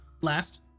last